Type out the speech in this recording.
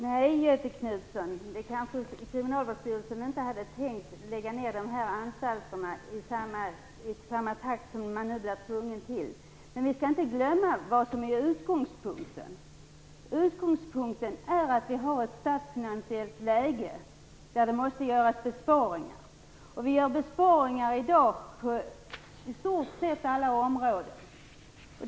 Fru talman! Nej, Göthe Knutson, Kriminalvårdsstyrelsen kanske inte hade tänkt lägga ner de här anstalterna i den takt man nu blir tvungen till. Vi skall inte glömma vad som är utgångspunkten. Utgångspunkten är att vi har ett statsfinansiellt läge som gör det nödvändigt med besparingar. Besparingar görs i dag på i stort sett alla områden.